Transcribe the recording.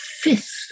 fifth